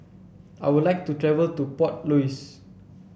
I would like to travel to Port Louis